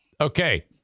Okay